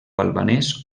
albanès